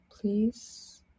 Please